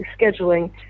scheduling